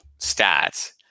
stats